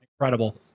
Incredible